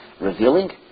revealing